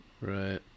Right